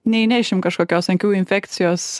neįnešim kažkokios akių infekcijos